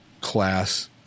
class